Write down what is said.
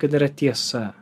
kad yra tiesa